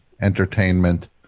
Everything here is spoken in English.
entertainment